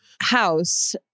house